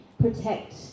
protect